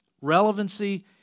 relevancy